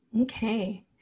Okay